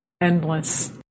endless